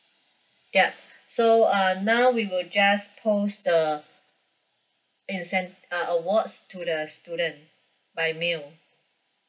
yup so uh now we will just post the incen~ uh awards to the student by mail